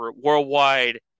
worldwide